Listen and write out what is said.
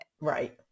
Right